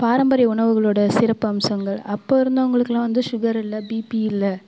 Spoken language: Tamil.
பாரம்பரிய உணவுகளோடய சிறப்பு அம்சங்கள் அப்போ இருந்தவங்களுக்கலாம் வந்து சுகர் இல்லை பீப்பி இல்லை